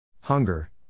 Hunger